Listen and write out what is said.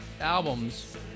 albums